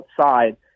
outside